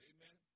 Amen